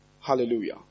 Hallelujah